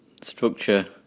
structure